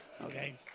okay